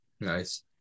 Nice